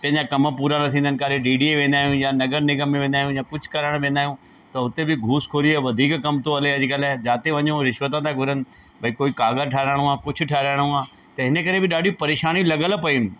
पंहिंजा कम पूरा न थींदा आहिनि काॾे डीडीए वेंदा आहियूं या नगर निगम में वेंदा आहियूं या कुझु करण वेंदा आहियूं त हुते बि घुसखोरीअ यो वधीक कम थो हले अॼुकल्ह जिते वञो रिश्वत था घुरनि भई कोई काॻर ठाहिराइणो आहे कुझु ठाहिरायणो आ्हे त हिन करे बि ॾाढी परेशानियूं लॻियलु पियूं आहिनि